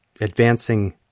advancing